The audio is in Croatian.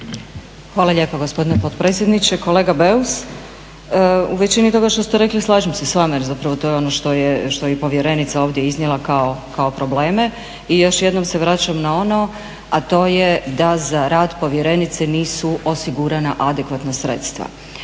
Hvala lijepa gospodine potpredsjedniče. Kolega Beus, u većini toga što ste rekli slažem se s vama jer zapravo to je ono što je i povjerenica ovdje iznijela kao probleme. I još jednom se vraćam na ono, a to je da za rad povjerenice nisu osigurana adekvatna sredstva.